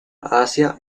asia